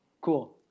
cool